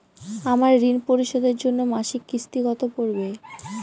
আমার ঋণ পরিশোধের জন্য মাসিক কিস্তি কত পড়বে?